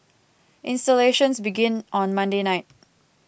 installations began on Monday night